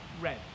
Red